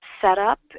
setup